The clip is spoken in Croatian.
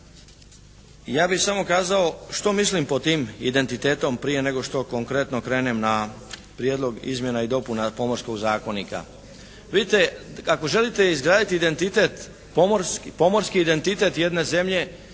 Ja bih samo kazao što mislim pod tim identitetom prije nego što konkretno krenem na Prijedlog izmjena i dopuna pomorskog zakonika. Vidite ako želite izgraditi identitet, pomorski identitet jedne zemlje